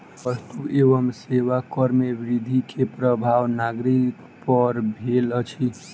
वस्तु एवं सेवा कर में वृद्धि के प्रभाव नागरिक पर भेल अछि